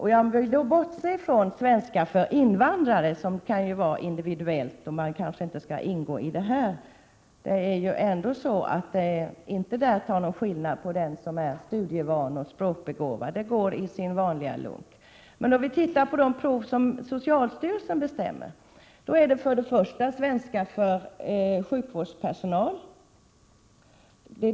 Vad gäller svenska för invandrare är det inte tal om att göra någon skillnad mellan den som är studievan och språkbegåvad och den som inte är det. Det går i sin vanliga lunk. Bland de prov som socialstyrelsen bestämmer över finns för det första svenska för sjukvårdspersonal.